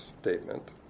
statement